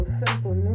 simple